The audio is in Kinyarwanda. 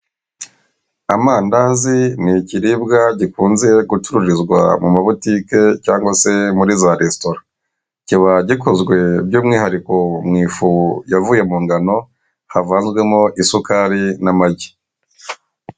Amandazi ni ikiribwa gikunze gucururizwa mu mabotike cyangwa se muri za resitora kiba gikozwe by'umwihariko mu ifu yavuye mu ngano havanzwemo isukari n'amagi.